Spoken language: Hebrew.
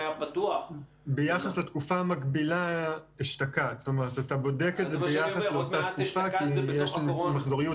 אנחנו מפשטים אותם בצורה כזאת שיכולים להיות ברורים עד כמה